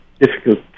difficult